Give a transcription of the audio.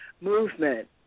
movement